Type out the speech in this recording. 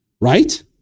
Right